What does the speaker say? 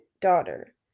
daughter